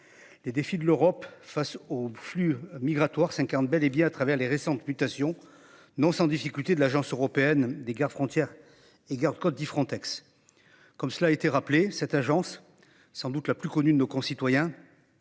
Les défis de l'Europe face au flux migratoires 50 bel et bien à travers les récentes mutations non sans difficulté de l'Agence européenne des gardes-frontières et gardes-côtes 10 Frontex. Comme cela a été rappelé cette agence sans doute la plus connue de nos concitoyens.